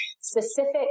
specific